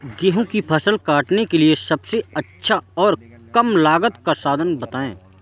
गेहूँ की फसल काटने के लिए सबसे अच्छा और कम लागत का साधन बताएं?